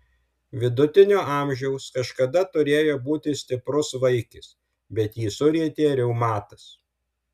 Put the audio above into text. vidutinio amžiaus kažkada turėjo būti stiprus vaikis bet jį surietė reumatas